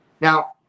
Now